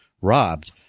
robbed